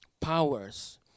powers